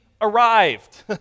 arrived